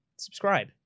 Subscribe